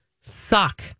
suck